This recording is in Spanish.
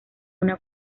una